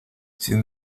sin